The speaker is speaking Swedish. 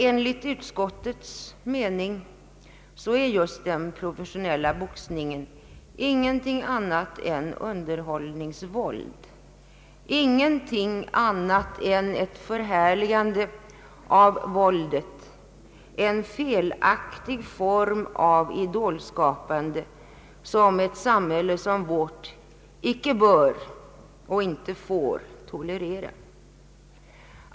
Enligt utskottets mening är just den professionella boxningen ingenting anannat än underhållningsvåld, ingenting annat än ett förhärligande av våldet, en felaktig form av idolskapande som ett samhälle som vårt icke bör och icke får tolerera.